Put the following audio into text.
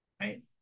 Right